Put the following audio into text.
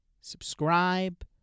subscribe